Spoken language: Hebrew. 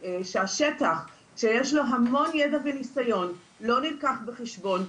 שהשטח, שיש לו המון ידע וניסיון, לא נלקח בחשבון.